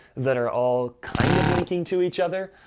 that are all kind of linking to each other,